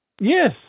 Yes